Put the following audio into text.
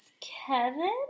Kevin